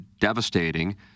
devastating